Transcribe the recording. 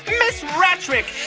ms. ratrick.